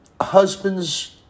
husbands